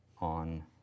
on